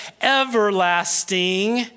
everlasting